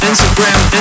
Instagram